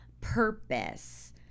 purpose